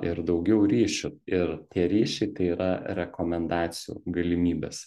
ir daugiau ryšių ir tie ryšiai tai yra rekomendacijų galimybės